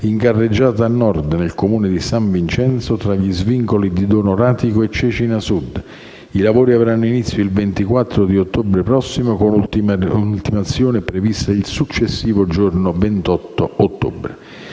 in carreggiata nord nel Comune di San Vincenzo, tra gli svincoli di Donoratico e Cecina Sud; i lavori avranno inizio il 24 ottobre prossimo con ultimazione prevista il successivo giorno 28.